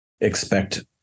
expect